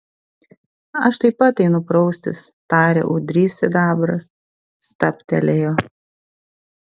aš taip pat einu praustis tarė ūdrys sidabras stabtelėjo